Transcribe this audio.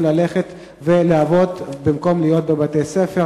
ללכת בשעות הלימודים ולעבוד במקום להיות בבתי-הספר.